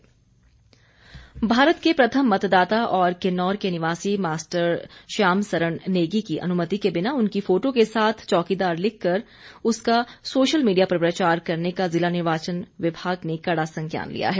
श्याम सरण नेगी भारत के प्रथम मतदाता और किन्नौर के निवासी मास्टर श्याम सरण नेगी की अनुमति के बिना उनकी फोटो के साथ चौकीदार लिख कर उसका सोशल मीडिया पर प्रचार करने का जिला निर्वाचन विभाग ने कड़ा संज्ञान लिया है